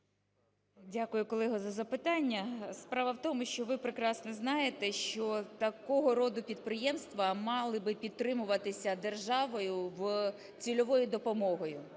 Дякую, колего, за запитання. Справа в тому, що ви прекрасно знаєте, що такого роду підприємства мали б підтримуватися державою цільовою допомогою.